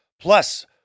Plus